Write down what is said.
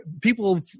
people